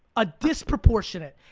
a disproportionate.